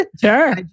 sure